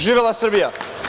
Živela Srbija!